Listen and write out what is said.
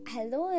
Hello